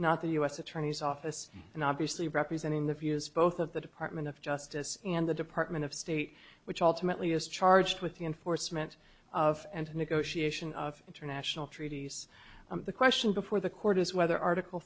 not the u s attorney's office and obviously representing the views both of the department of justice and the department of state which ultimately is charged with the enforcement of and negotiation of international treaties the question before the court is whether article